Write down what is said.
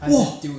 !wah!